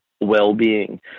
well-being